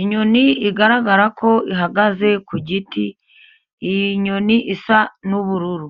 Inyoni igaragara ko ihagaze ku giti, iyi nyoni isa n'ubururu